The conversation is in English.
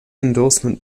endorsement